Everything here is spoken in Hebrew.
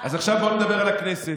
אז עכשיו בואו נדבר על הכנסת.